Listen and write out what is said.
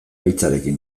hitzarekin